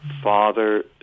Father